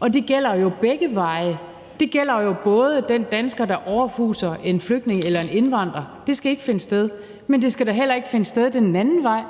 og det gælder jo begge veje. Det gælder både den dansker, der overfuser en flygtning eller en indvandrer – det skal ikke finde sted – men det gælder også den anden vej;